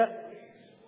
מה, לדבר עברית בשבועיים?